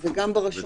שזה גם ברשומות.